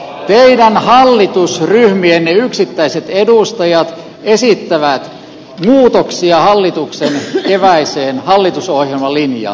teidän hallitusryhmienne yksittäiset edustajat esittävät muutoksia hallituksen keväiseen hallitusohjelmalinjaan